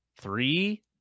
three